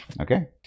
Okay